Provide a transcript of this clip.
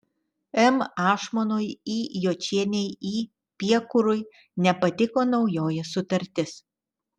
m ašmonui i jočienei i piekurui nepatiko naujoji sutartis